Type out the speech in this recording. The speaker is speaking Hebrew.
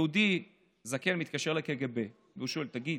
יהודי זקן מתקשר לקג"ב והוא שואל: תגיד,